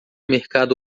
mercado